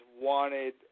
wanted